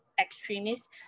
extremists